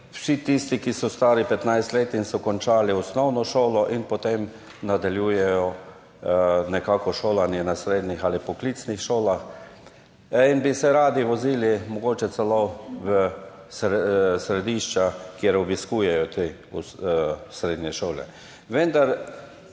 vsi tisti, ki so stari 15 let in so končali osnovno šolo in potem nadaljujejo šolanje na srednjih ali poklicnih šolah in bi se radi vozili mogoče celo v središča, kjer obiskujejo te srednje šole, vendar